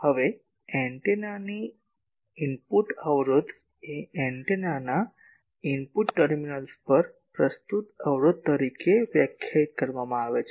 હવે એન્ટેનાની ઇનપુટ અવરોધ એ એન્ટેનાના ઇનપુટ ટર્મિનલ્સ પર પ્રસ્તુત અવરોધ તરીકે વ્યાખ્યાયિત કરવામાં આવે છે